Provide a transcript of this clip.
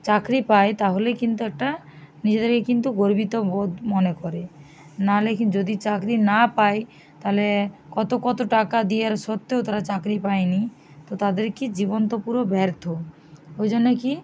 চাকরি পায় তাহলে কিন্তু একটা নিজেদেরই কিন্তু গর্বিত বোধ মনে করে নালে কী যদি চাকরি না পায় তালে কতো কতো টাকা দিয়ার সত্ত্বেও তারা চাকরি পায় নি তো তাদের কী জীবন তো পুরো ব্যর্থ ওই জন্যে কী